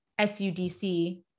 SUDC